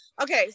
okay